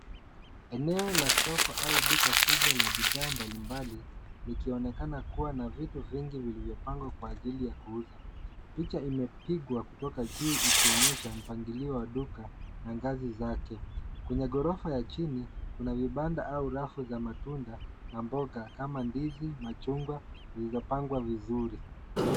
Eneo la soko au duka kubwa la bidhaa mbali mbali likionekana kuwa na vitu vingi vilivyopangwa kwa ajili ya kuuza. Picha imepigwa kutoka juu ikionyesha mpangilio wa duka na ngazi zake. Kwenye ghorofa ya chini kuna vibanda au rafu za matunda na mboga kama ndizi, machungwa zilizopangwa vizuri.